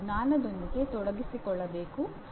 ಅವನು ಜ್ಞಾನದೊಂದಿಗೆ ತೊಡಗಿಸಿಕೊಳ್ಳಬೇಕು